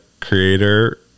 creator